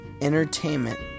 entertainment